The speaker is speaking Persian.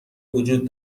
وجود